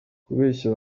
kubeshya